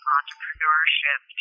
entrepreneurship